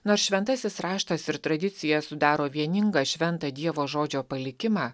nors šventasis raštas ir tradicija sudaro vieningą šventą dievo žodžio palikimą